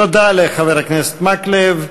תודה לחבר הכנסת מקלב.